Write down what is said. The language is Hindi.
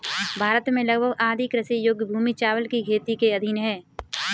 भारत में लगभग आधी कृषि योग्य भूमि चावल की खेती के अधीन है